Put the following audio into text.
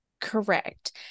Correct